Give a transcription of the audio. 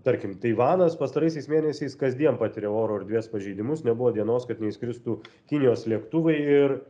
tarkim taivanas pastaraisiais mėnesiais kasdien patiria oro erdvės pažeidimus nebuvo dienos kad neįskristų kinijos lėktuvai ir